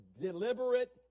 deliberate